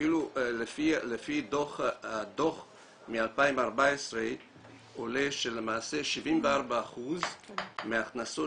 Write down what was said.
אפילו לפי הדוח מ-2014 עולה שלמעשה 74% מההכנסות